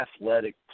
athletic